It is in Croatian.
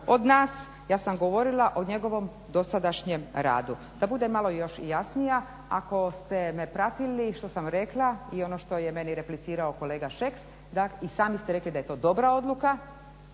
od nas. Ja sam govorila o njegovom dosadašnjem radu. Da budem malo još i jasnija, ako ste me pratili što sam rekla i ono što je meni replicirao kolega Šeks, i sami ste rekli da je to dobra odluka